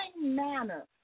manner